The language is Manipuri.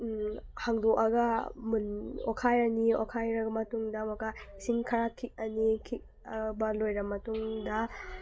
ꯍꯥꯡꯗꯣꯛꯑꯒ ꯑꯣꯠꯈꯥꯏꯔꯅꯤ ꯑꯣꯠꯈꯥꯏꯔ ꯃꯇꯨꯡꯗ ꯑꯃꯨꯛꯀ ꯏꯁꯤꯡ ꯈꯔ ꯈꯤꯛꯑꯅꯤ ꯈꯤꯛꯑꯕ ꯂꯣꯏꯔ ꯃꯇꯨꯡꯗ